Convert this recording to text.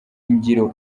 ingiro